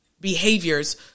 behaviors